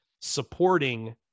supporting